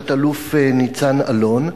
תא"ל ניצן אלון.